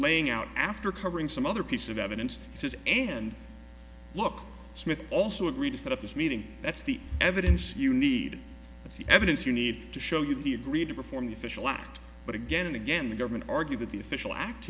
laying out after covering some other piece of evidence says and look smith also agreed to set up this meeting that's the ever you need evidence you need to show you the agreed to perform the official act but again and again the government argued that the official act